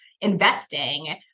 investing